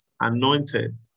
Anointed